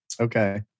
Okay